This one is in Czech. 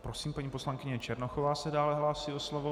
Prosím, paní poslankyně Černochová se dále hlásí o slovo.